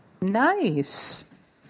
Nice